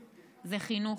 זה חינוך.